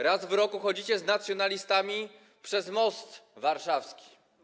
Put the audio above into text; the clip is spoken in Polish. Raz w roku chodzicie z nacjonalistami przez most warszawski.